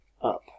up